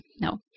No